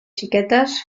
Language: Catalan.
xiquetes